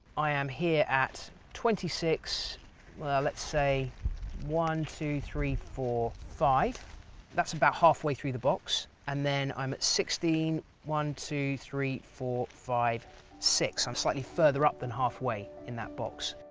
i am here at twenty six let's say one two three four five that's about half way through the box and then i'm sixteen one two three four five six. i'm slightly further up than halfway in that box.